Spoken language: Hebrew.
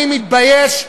אני מתבייש,